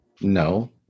No